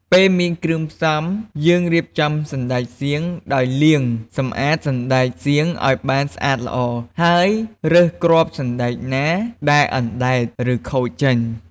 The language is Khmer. ពេលមានគ្រឿងផ្សំ យើងរៀបចំសណ្ដែកសៀង ដោយលាងសម្អាតសណ្ដែកសៀងឱ្យបានស្អាតល្អ ហើយរើសគ្រាប់សណ្ដែកណាដែលអណ្ដែត ឬខូចចេញ។